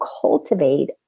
cultivate